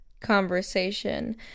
conversation